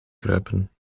kruipen